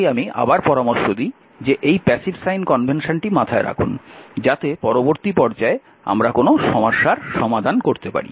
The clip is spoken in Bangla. তাই আমি আবার পরামর্শ দিই যে এই প্যাসিভ সাইন কনভেনশনটি মাথায় রাখুন যাতে পরবর্তী পর্যায়ে আমরা কোনও সমস্যার সমাধান করতে পারি